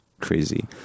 crazy